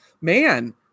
man